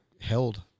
held